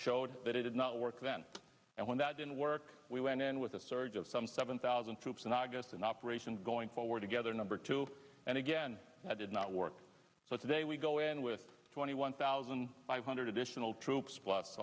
showed that it did not work then and when that didn't work we went in with a surge of some seven thousand troops in august an operation going forward together a number two and again that did not work so today we go in with twenty one thousand five hundred additional troops